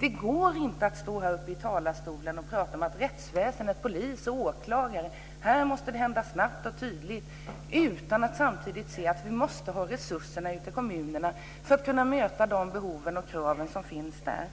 Det går inte att stå i talarstolen och prata om rättsväsendet, polis och åklagare, och att här måste det hända saker snabbt och tydligt, utan att samtidigt se att det måste finnas resurser i kommunerna för att möta behoven och kraven som finns där.